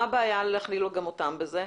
מה הבעיה להכליל גם אותן בזה?